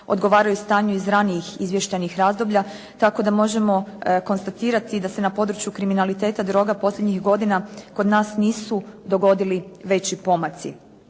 odgovaraju stanju iz ranijih izvještajnih razdoblja tako da možemo konstatirati da se na području kriminaliteta droga posljednjih godina kod nas nisu dogodili veći pomaci.